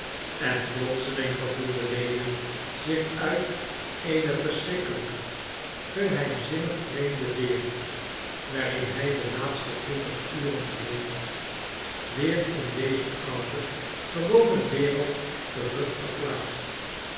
en plotseling gevoelde lewin zich uit eene verschrikkelijke geheimzinnig vreemde wereld waarin hij de laatste twintig uren geleefd had weer in deze oude gewone wereld terug verplaatst